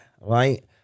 right